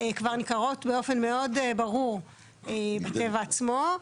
כבר ניכרות באופן מאוד ברור בטבע עצמו.